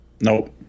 Nope